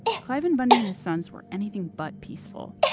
cliven bundy and his sons were anything but peaceful.